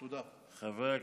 תודה.